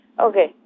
Okay